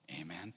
Amen